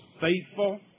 faithful